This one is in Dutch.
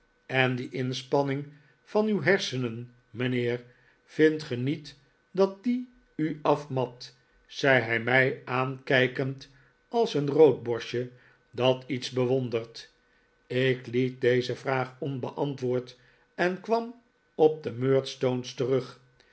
en die inspanning van uw hersenen mijnheer vindt ge niet dat die u afmat zei hij mij aankijkend als een roodborstje dat iets bewondert ik liet deze vraag onbeantwoord en kwam op de murdstone's terug